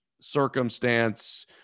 circumstance